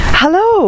hello